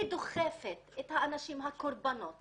היא דוחפת את הקורבנות